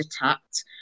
attacked